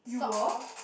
sort of